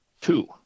Two